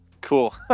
cool